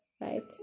right